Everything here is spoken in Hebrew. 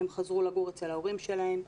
הם חזרו לגור אצל ההורים שלהם,